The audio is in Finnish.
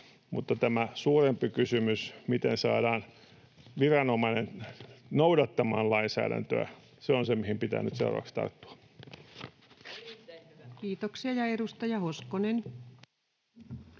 mutta tämä suurempi kysymys, miten saadaan viranomainen noudattamaan lainsäädäntöä, on se, mihin pitää nyt seuraavaksi tarttua. [Ritva Elomaa: Erittäin